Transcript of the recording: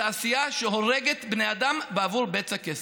תעשייה שהורגת בני אדם בעבור בצע כסף.